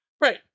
Right